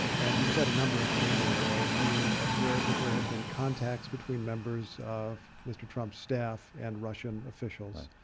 and you said a number of things in a row. you observed that there had been contacts between members of mr. trump's staff and russian officials.